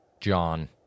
John